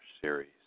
series